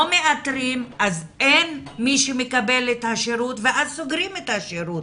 לא מאתרים אז אין מי שמקבל את השירות ואז סוגרים את השירות.